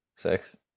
Six